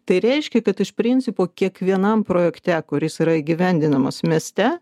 tai reiškia kad iš principo kiekvienam projekte kuris yra įgyvendinamas mieste